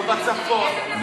לא בצפון,